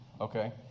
okay